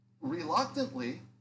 reluctantly